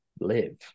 live